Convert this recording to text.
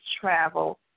travel